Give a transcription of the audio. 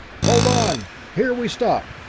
hold on here we stop!